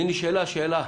והיא נשאלה שאלה: